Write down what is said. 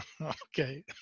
okay